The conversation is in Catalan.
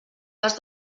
cas